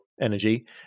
energy